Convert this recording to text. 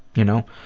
you know.